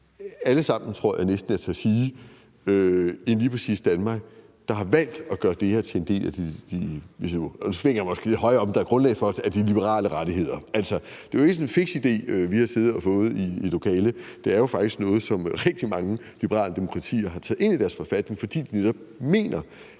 jeg tror næsten, jeg tør sige dem alle sammen, der har valgt at gøre det her – og nu svinger jeg mig måske lidt højere op, end der er grundlag for – til en del af de liberale rettigheder. Det er jo ikke sådan en fiks ide, vi har siddet og fået i lokalet. Det er jo faktisk noget, som rigtig mange liberale demokratier har taget ind i deres forfatning, fordi de netop mener,